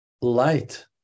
light